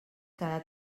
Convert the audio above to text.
cada